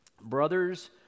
Brothers